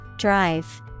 drive